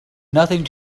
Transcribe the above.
nothing